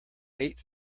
eight